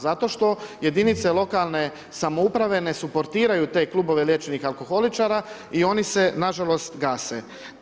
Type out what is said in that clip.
Zato što jedinice lokalne samouprave ne suportiraju te klubove liječenih alkoholičara i oni se nažalost gase.